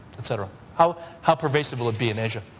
etc. how how pervasive will it be in asia?